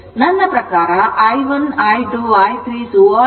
ನನ್ನ ಪ್ರಕಾರ i1 I2 i3